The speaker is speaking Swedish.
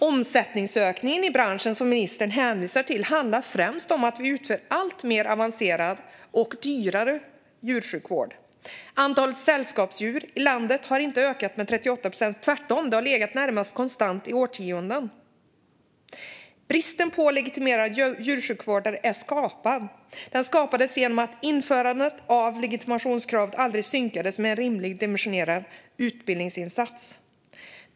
Omsättningsökningen i branschen, som ministern hänvisar till, handlar främst om att vi utför alltmer avancerad och dyrare sjukvård. Antalet sällskapsdjur i landet har inte ökat med 38 procent. Tvärtom har det varit närmast konstant i årtionden. Bristen på legitimerade djursjukvårdare är skapad. Den skapades genom att införandet av legitimationskravet aldrig synkades med en rimligt dimensionerad utbildningsinsats.